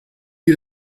you